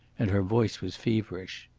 and her voice was feverish.